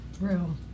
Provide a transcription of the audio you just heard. room